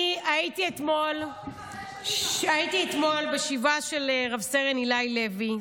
הייתי אתמול בשבעה של רב-סרן איליי לוי,